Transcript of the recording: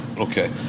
Okay